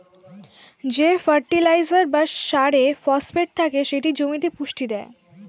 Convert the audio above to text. যে ফার্টিলাইজার বা সারে ফসফেট থাকে সেটি জমিতে পুষ্টি দেয়